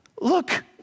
Look